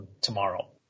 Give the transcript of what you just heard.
tomorrow